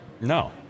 No